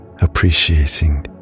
appreciating